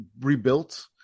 rebuilt